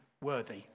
worthy